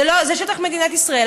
זה שטח מדינת ישראל,